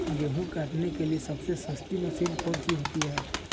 गेंहू काटने के लिए सबसे सस्ती मशीन कौन सी होती है?